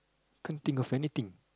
can't think of anything